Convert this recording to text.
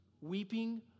weeping